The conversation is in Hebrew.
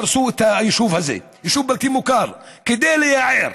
הרסו את היישוב הזה, יישוב בלתי מוכר, כדי לייער.